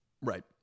right